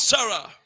Sarah